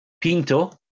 Pinto